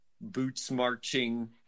boots-marching